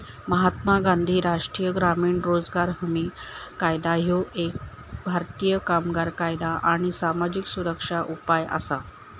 महात्मा गांधी राष्ट्रीय ग्रामीण रोजगार हमी कायदा ह्यो एक भारतीय कामगार कायदा आणि सामाजिक सुरक्षा उपाय असा